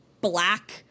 black